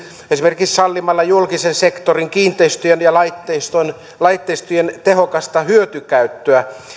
esimerkiksi sallimalla julkisen sektorin kiinteistöjen ja laitteistojen laitteistojen tehokasta hyötykäyttöä